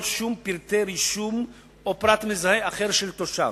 שום פרטי רישום או פרט מזהה אחר של תושב,